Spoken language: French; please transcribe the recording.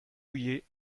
mouillées